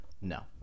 no